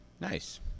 Nice